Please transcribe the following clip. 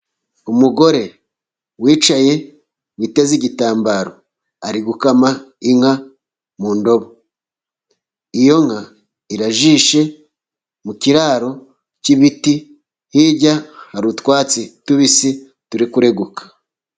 Umugore wicaye witeze igitambaro. Ari gukama inka mu ndobo. Iyo nka irajishe, mu kiraro cy'ibiti ,hirya hari utwatsi tubisi turi kureguka.